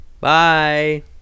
Bye